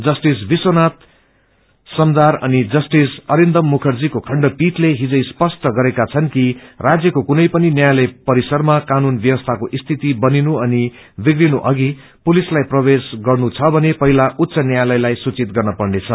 justice Vishwanath Samaddar अनि justice Arindam मुखर्जीको खण्डपीइले हिज स्पष्ट गर्नुभयो कि राज्यको कुनै पनि न्यायायलय परिसरमा कानून व्यवसीको सिंति बनिनु अनि विश्रिनु माथि यदि पुलिसलाई प्रवेश गर्नुछ भने पश्रिला उच्च न्यायालयद सूचित गर्न पर्नेछ